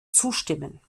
zustimmen